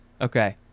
Okay